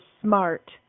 SMART